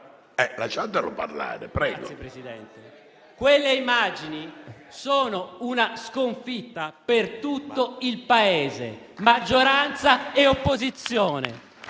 Quelle immagini sono una sconfitta per tutto il Paese, maggioranza e opposizione.